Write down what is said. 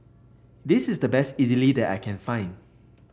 this is the best Idili that I can find